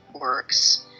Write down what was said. works